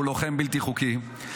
שהוא לוחם בלתי חוקי,